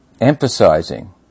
emphasizing